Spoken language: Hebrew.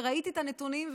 וראיתי את הנתונים,